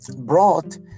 brought